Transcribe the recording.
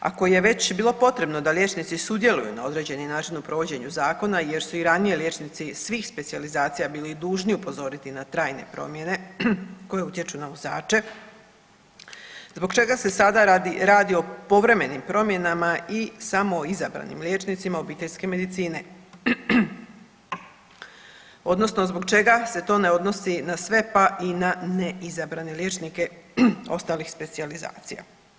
Ako je već bilo potrebno da liječnici sudjeluju na određeni način u provođenju zakona, jer su i ranije liječnici svih specijalizacija bili dužni upozoriti na trajne promjene koje utječu na vozače zbog čega se sada radi o povremenim promjenama i samo izabranim liječnicima obiteljske medicine, odnosno zbog čega se to ne odnosi na sve, pa i na neizabrane liječnike ostalih specijalizacija.